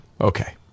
Okay